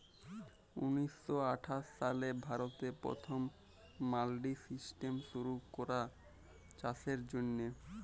উনিশ শ আঠাশ সালে ভারতে পথম মাল্ডি সিস্টেম শুরু ক্যরা চাষের জ্যনহে